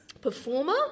performer